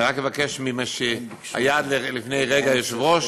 אני רק אבקש ממי שהיה עד לפני רגע יושב-ראש,